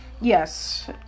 Yes